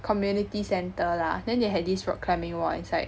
community center lah then they had this rock climbing wall inside